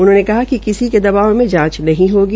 उन्होंनेकहा कि किसी के दवाब में जाचं नहीं होगी